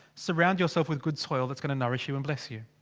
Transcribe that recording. surround yourself with good soil that's gonna nourish you and bless you.